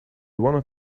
wanted